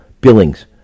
Billings